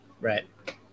Right